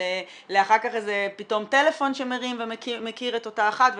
לאחר כך פתאום איזה טלפון שמרים ומכיר את אותה אחת,